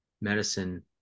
medicine